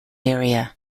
area